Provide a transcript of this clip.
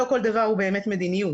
לא כל דבר הוא באמת מדיניות,